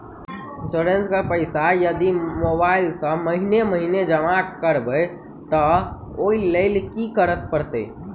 Insurance केँ पैसा यदि मोबाइल सँ महीने महीने जमा करबैई तऽ ओई लैल की करऽ परतै?